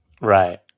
right